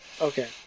Okay